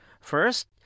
First